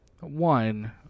One